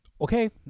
Okay